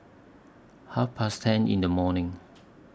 Half Past ten in The morning